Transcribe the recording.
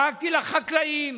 דאגתי לחקלאים,